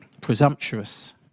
presumptuous